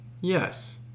Yes